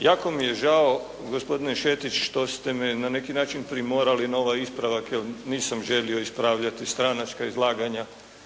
Jako mi je žao gospodine Šetić što ste me na neki način primorali na ovaj ispravak jer nisam želio ispravljati stranačka izlaganja.